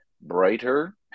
brighter